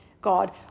God